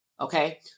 Okay